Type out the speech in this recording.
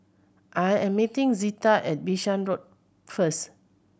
I am meeting Zita at Bishan Road first